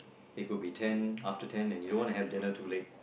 it could be ten after ten and you don't want to have dinner too late